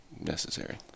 necessary